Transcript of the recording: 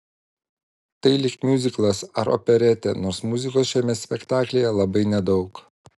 tai lyg miuziklas ar operetė nors muzikos šiame spektaklyje labai nedaug